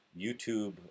YouTube